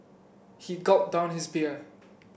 he gulped down his beer